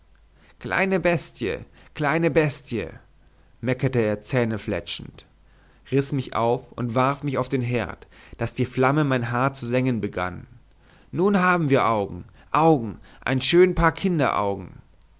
kleine bestie kleine bestie meckerte er zähnfletschend riß mich auf und warf mich auf den herd daß die flamme mein haar zu sengen begann nun haben wir augen augen ein schön paar